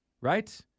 Right